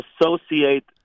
associate